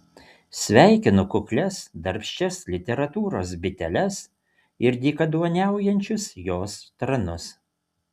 sveikinu kuklias darbščias literatūros biteles ir dykaduoniaujančius jos tranus